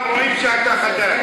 רואים שאתה חדש.